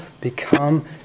become